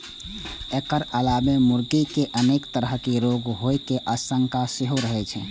एकर अलावे मुर्गी कें अनेक तरहक रोग होइ के आशंका सेहो रहै छै